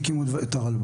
הקימו את הרלב"ד.